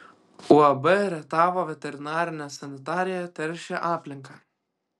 uab rietavo veterinarinė sanitarija teršė aplinką